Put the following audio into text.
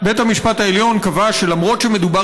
בית המשפט העליון קבע שלמרות שמדובר